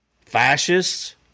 fascists